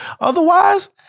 Otherwise